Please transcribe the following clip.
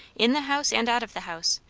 in the house and out of the house,